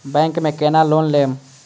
Bank में केना loan लेम?